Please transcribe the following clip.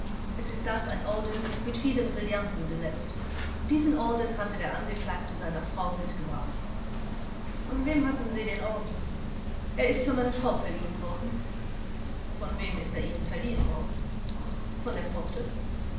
es ist das ein orden mit vielen brillanten besetzt diesen orden hatte der angeklagte seiner frau mitgebracht vors von wem hatten sie den orden angekl er ist für meine frau verliehen worden vors von wem ist er ihnen verliehen worden angekl von der pforte